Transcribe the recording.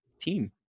team